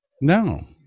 no